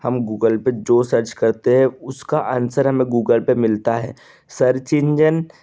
हम गूगल पे जो सर्च करते हैं उसका आन्सर हमें गूगल पे मिलता है सर्च इंजन